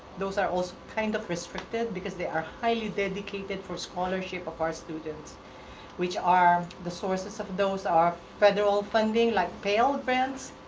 those are also kind of restricted because they are highly dedicated for scholarship of our students which are the sources of of those are federal funding like payroll advance,